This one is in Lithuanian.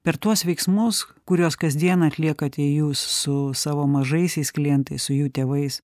per tuos veiksmus kuriuos kasdien atliekate jūs su savo mažaisiais klientais su jų tėvais